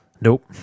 Nope